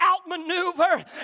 outmaneuver